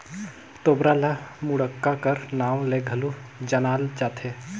तोबरा ल मुड़क्का कर नाव ले घलो जानल जाथे